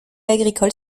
agricole